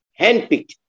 handpicked